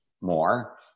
more